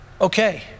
okay